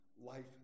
life